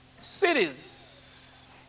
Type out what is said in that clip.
cities